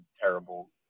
terrible